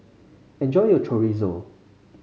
enjoy your Chorizo